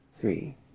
three